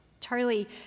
Charlie